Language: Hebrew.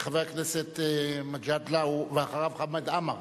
חבר הכנסת גאלב מג'אדלה, ואחריו, חמד עמאר.